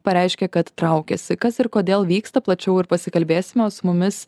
pareiškė kad traukiasi kas ir kodėl vyksta plačiau ir pasikalbėsime o su mumis